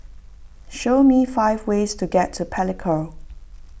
show me five ways to get to Palikir